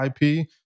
IP